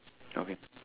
okay